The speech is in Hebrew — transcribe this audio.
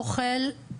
אוכל,